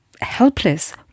helpless